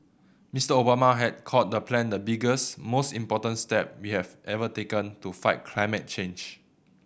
Mister Obama has called the plan the biggest most important step we've ever taken to fight climate change